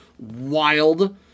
Wild